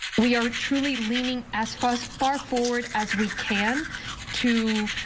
we are truly leaning as far as far forward as we can to.